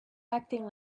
acting